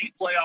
playoff